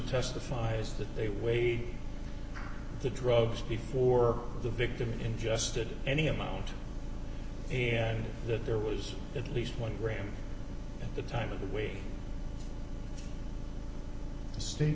testifies that they weighed the drugs before the victim ingested any amount and that there was at least one gram at the time of the way the s